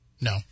No